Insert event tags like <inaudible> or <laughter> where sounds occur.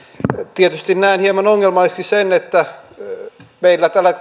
tietysti näen hieman ongelmalliseksi sen että meillä tällä <unintelligible>